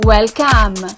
Welcome